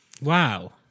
Wow